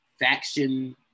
faction